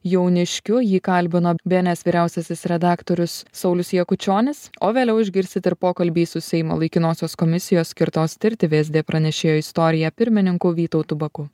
jauniškiu jį kalbino bns vyriausiasis redaktorius saulius jakučionis o vėliau išgirsit ir pokalbį su seimo laikinosios komisijos skirtos tirti vsd pranešėjo istoriją pirmininku vytautu baku